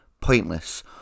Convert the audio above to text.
pointless